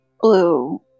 blue